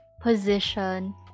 position